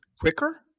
quicker